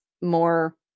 more